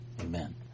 Amen